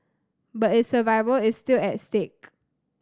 but its survival is still at stake